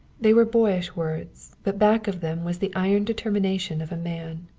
they were boyish words, but back of them was the iron determination of a man.